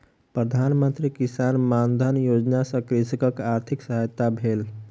प्रधान मंत्री किसान मानधन योजना सॅ कृषकक आर्थिक सहायता भेल